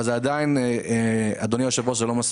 אבל זה עדיין לא מספיק.